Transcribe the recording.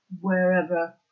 wherever